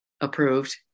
approved